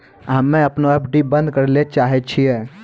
हम्मे अपनो एफ.डी बन्द करै ले चाहै छियै